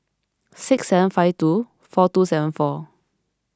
six seven five two four two seven four